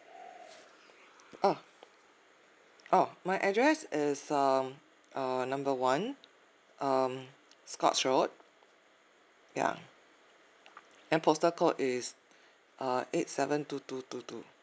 uh orh my address is um err number one um scotts road ya then postal code is uh eight seven two two two two